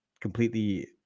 completely